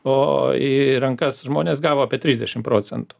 o į rankas žmonės gavo apie trisdešim procentų